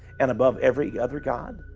and above every other god?